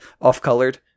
off-colored